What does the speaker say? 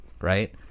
right